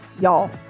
y'all